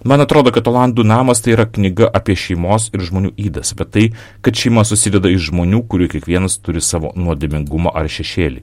man atrodo kad olandų namas tai yra knyga apie šeimos ir žmonių ydas bet tai kad šeima susideda iš žmonių kurių kiekvienas turi savo nuodėmingumą ar šešėlį